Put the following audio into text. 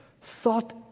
thought